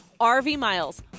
RVMILES